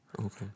Okay